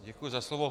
Děkuji za slovo.